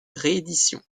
rééditions